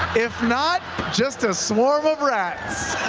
if not, just a swarm of rats.